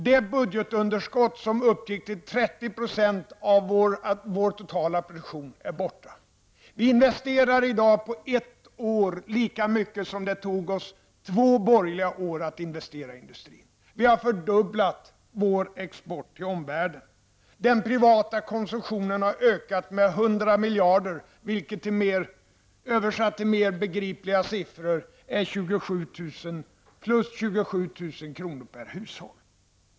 Det budgetunderskott som uppgick till 30 % av vår totala produktion är borta. Vi investerar i dag på ett år lika mycket som det tog oss två borgerliga år att investera i industrin. Vi har fördubblat vår export till omvärlden. Den privata konsumtionen har ökat med 100 miljarder kronor, vilket översatt till mer begripliga siffror innebär plus 27 000 kronor per hushåll.